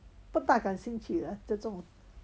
不把感兴趣的这种